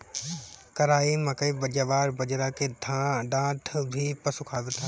कराई, मकई, जवार, बजरा के डांठ भी पशु खात हवे